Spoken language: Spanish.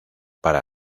para